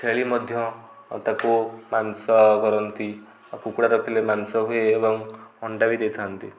ଛେଳି ମଧ୍ୟ ତାକୁ ମାଂସ କରନ୍ତି ଆଉ କୁକୁଡ଼ା ରଖିଲେ ମାଂସ ହୁଏ ଏବଂ ଅଣ୍ଡା ବି ଦେଇଥାନ୍ତି